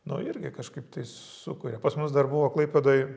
nu irgi kažkaip tai sukuria pas mus dar buvo klaipėdoj